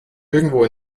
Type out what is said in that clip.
irgendwo